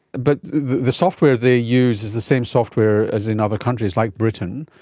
but the software they use is the same software as in other countries, like britain.